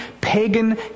pagan